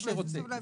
לא שרוצה.